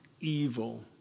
evil